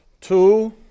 two